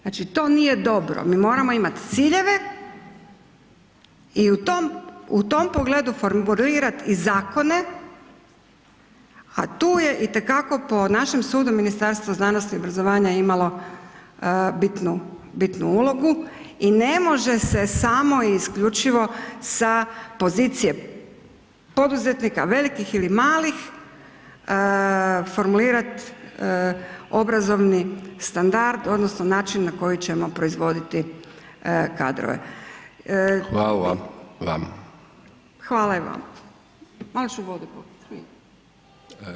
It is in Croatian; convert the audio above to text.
Znači to nije dobro, mi moramo imati ciljeve i u tom pogledu formulirati zakone, a tu je itekako po našem sudu Ministarstvo znanosti i obrazovanja imalo bitnu ulogu i ne može se samo i isključivo sa pozicije poduzetnika, velikih ili malih formulirati obrazovni standard odnosno načini na koji ćemo proizvoditi kadrove [[Upadica: Hvala vam.]] Hvala i vama.